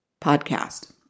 podcast